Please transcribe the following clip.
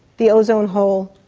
the ozone hole,